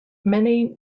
many